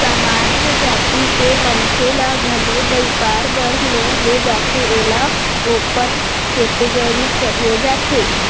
सामान्य जाति के मनखे ल घलो बइपार बर लोन दे जाथे एला ओपन केटेगरी केहे जाथे